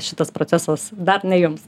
šitas procesas dar ne jums